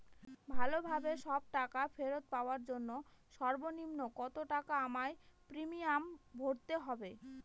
ভালোভাবে সব টাকা ফেরত পাওয়ার জন্য সর্বনিম্ন কতটাকা আমায় প্রিমিয়াম ভরতে হবে?